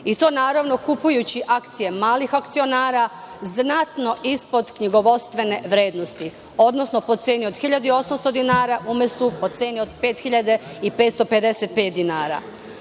i to naravno kupujući akcije malih akcionara znatno ispod knjigovodstvene vrednosti, odnosno po ceni od 1.800 dinara, umesto po ceni od 5.555 dinara?U